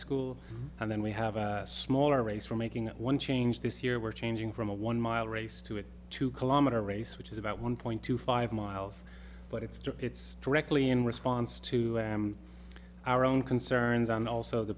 school and then we have a smaller race for making one change this year we're changing from a one mile race to a two kilometer race which is about one point two five miles but it's it's directly in response to our own concerns and also the